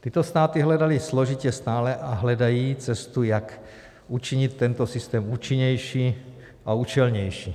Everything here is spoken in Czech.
Tyto státy hledaly složitě stále a hledají cestu, jak učinit tento systém účinnější a účelnější.